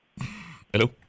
Hello